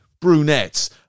brunettes